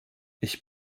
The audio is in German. ich